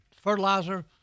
fertilizer